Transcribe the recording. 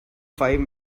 five